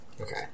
Okay